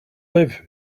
live